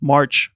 March